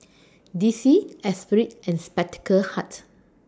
D C Esprit and Spectacle Hut